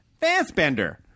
Fassbender